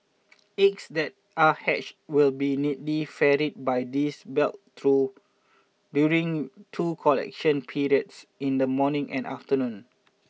eggs that are hatched will be neatly ferried by these belts two during two collection periods in the morning and afternoon